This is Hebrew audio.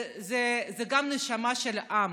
זה גם נשמה של עם.